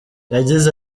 yagize